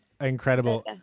incredible